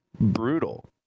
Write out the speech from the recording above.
brutal